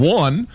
one